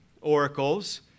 oracles